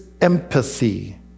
empathy